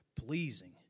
pleasing